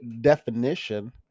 definition